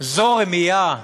זו רמייה.